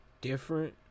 different